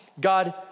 God